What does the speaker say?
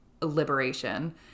liberation